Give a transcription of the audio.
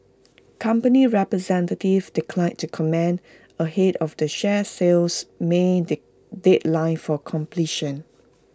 company representatives declined to comment ahead of the share sale's may deadline for completion